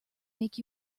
make